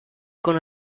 con